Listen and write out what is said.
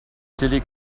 télé